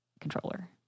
controller